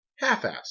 Half-assed